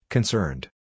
Concerned